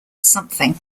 something